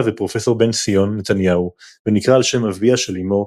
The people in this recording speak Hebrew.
ופרופסור בנציון נתניהו ונקרא על שם אביה של אמו,